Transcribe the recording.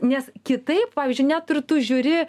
nes kitaip pavyzdžiui net ir tu žiūri